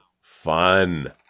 Fun